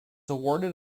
awarded